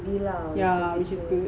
yeah which is good